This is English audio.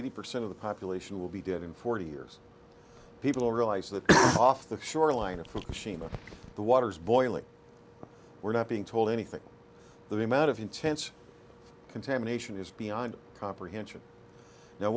eighty percent of the population will be dead in forty years people realize that off the shoreline it from machine at the water's boiling we're not being told anything the amount of intense contamination is beyond comprehension now